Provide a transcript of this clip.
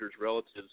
relatives